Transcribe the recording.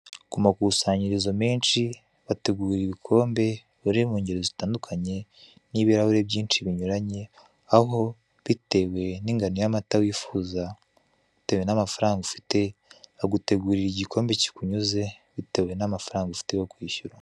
Ku makusanyirizo menshi bategura ibikombe biri mu ngero zitandukanye n'ibirahure byinshi binyuranye, aho bitewe n'ingano y'amata wifuza, bitewe n'amafaranga ufite. Bagutegurira igikombe kikunyuze bitewe n'amafaranga ufite yo kwishyura.